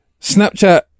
Snapchat